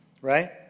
right